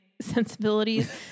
sensibilities